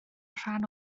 rhan